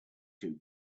two